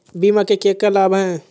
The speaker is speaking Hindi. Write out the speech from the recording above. बीमा के क्या क्या लाभ हैं?